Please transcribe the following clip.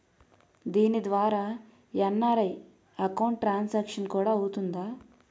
దీని ద్వారా NRI account transaction కూడా అవుతుందా?